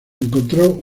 encontró